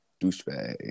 douchebag